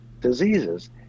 diseases